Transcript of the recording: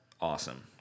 awesome